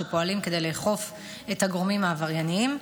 שפועלים כדי לאכוף על הגורמים העברייניים.